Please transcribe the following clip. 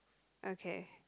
okay